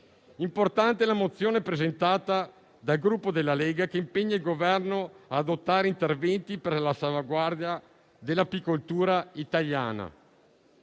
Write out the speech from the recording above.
Importante è la mozione presentata dal Gruppo della Lega, che impegna il Governo ad adottare interventi per la salvaguardia dell'apicoltura italiana.